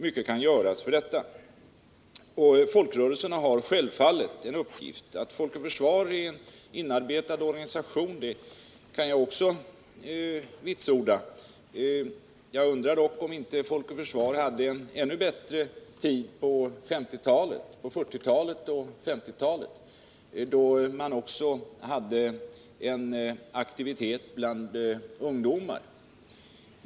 Mycket kan göras för att utveckla den debatten, och här har folkrörelserna självfallet en uppgift. Att Folk och försvar är en inarbetad organisation kan också jag vitsorda. Jag undrar dock om det inte var ännu bättre tider för Folk och försvar på 1940 och 1950-talen, då man aktivt arbetade även bland ungdomar.